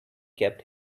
kept